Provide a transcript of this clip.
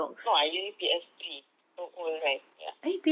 no I using P_S three so old right ya